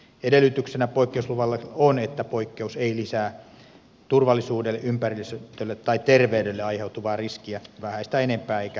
edellytyksenä poikkeusluvalle on että poikkeus ei lisää turvallisuudelle ympäristölle tai terveydelle aiheutuvaa riskiä vähäistä enempää eikä vääristä kilpailua